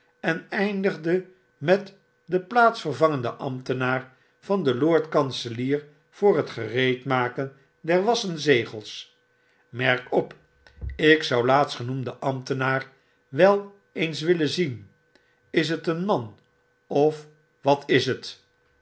ik eindigde met den plaatsvervangenden ambtenaar van den lord kanselier voor t gereedmaken der wassen zegels merk op ik zou laatstgenoemden ambtenaar wel eens willen fcien is het een man of wat is het